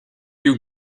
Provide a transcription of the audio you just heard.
you